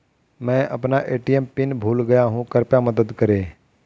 मैं अपना ATM PIN भूल गया हूँ कृपया मदद करें